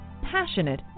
passionate